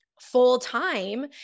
full-time